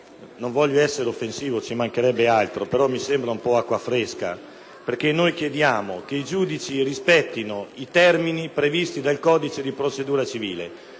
non voglio essere offensivo, ci mancherebbe altro! – mi sembra un po’ acqua fresca. Con l’emendamento chiediamo che i giudici rispettino i termini previsti dal codice di procedura civile,